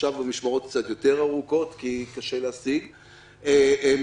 עכשיו המשמרות קצת יותר ארוכות כי קשה להשיג עובדים,